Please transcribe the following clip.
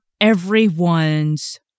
everyone's